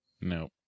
No